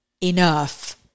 enough